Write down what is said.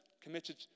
committed